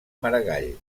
maragall